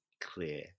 clear